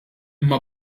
imma